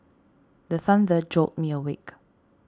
the thunder jolt me awake